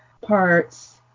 parts